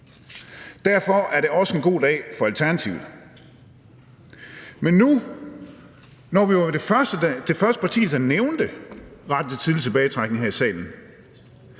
Derfor er det også en god dag for Alternativet. Men nu, når vi var det første parti, der nævnte retten til tidlig tilbagetrækning her i salen